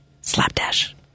Slapdash